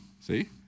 See